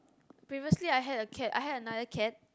previously I had a cat I had another cat